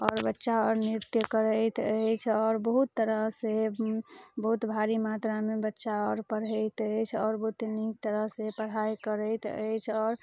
आओर बच्चा अर नृत्य करैत अछि आओर बहुत तरहसँ बहुत भारी मात्रामे बच्चा अर पढ़ैत अछि आओर बहुत नीक तरहसँ पढ़ाइ करैत अछि आओर